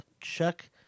check